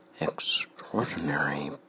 extraordinary